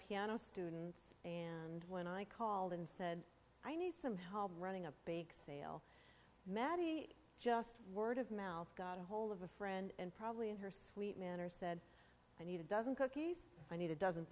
piano students and when i called and said i need some help running a bake sale maddie just word of mouth got a hold of a friend and probably in her sweet manner said i need a dozen cookies i need a dozen